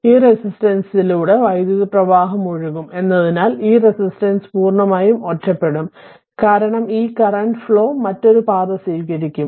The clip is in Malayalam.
ഈ റെസിസ്റ്റൻസിലൂടെ വൈദ്യുത പ്രവാഹം ഒഴുകും എന്നതിനാൽ ഈ റെസിസ്റ്റൻസ് പൂർണ്ണമായും ഒറ്റപ്പെടും കാരണം ആ കറന്റ് ഫ്ലോ മറ്റൊരു പാത സ്വീകരിക്കും